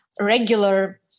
regular